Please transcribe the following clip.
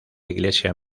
iglesia